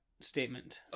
statement